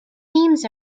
memes